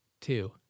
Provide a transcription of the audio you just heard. Two